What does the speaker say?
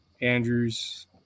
Andrew's